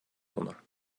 owner